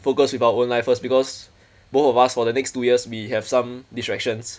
focus with our own life first because both of us for the next two years we have some distractions